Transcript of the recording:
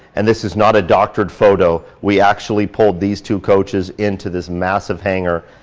and this is not a doctored photo. we actually pulled these two coaches into this massive hangar.